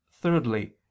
Thirdly